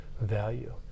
value